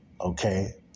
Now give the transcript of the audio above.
okay